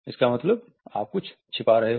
तुम कुछ छिपा रहे हो